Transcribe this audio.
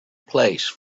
place